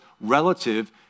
relative